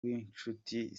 w’inshuti